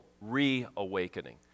reawakening